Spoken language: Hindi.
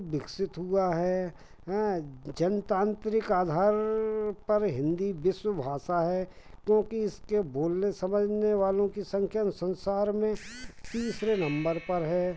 विकसित हुआ है हाँ जनतांत्रिक आधार पर हिन्दी विश्व भाषा है क्योंकि इसके बोलने समझने वालों की संख्या तो संसार में तीसरे नंबर पर है